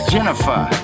Jennifer